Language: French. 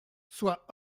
sois